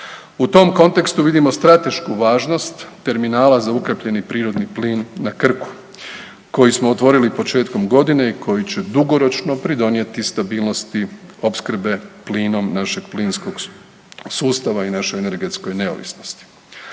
U tom kontekstu vidimo stratešku važnost terminala za ukapljeni prirodni plin na Krku koji smo otvorili početkom godine i koji će dugoročno pridonijeti stabilnosti opskrbe plinom našeg plinskog sustava i našu energetsku neovisnost.